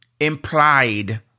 implied